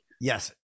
yes